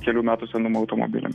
kelių metų senumo automobiliam